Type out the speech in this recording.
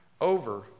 over